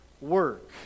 work